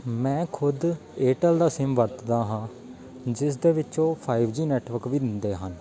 ਮੈਂ ਖੁਦ ਏਅਰਟੈਲ ਦਾ ਸਿੰਮ ਵਰਤਦਾ ਹਾਂ ਜਿਸ ਦੇ ਵਿੱਚ ਉਹ ਫਾਈਵ ਜੀ ਨੈਟਵਰਕ ਵੀ ਦਿੰਦੇ ਹਨ